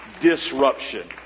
disruption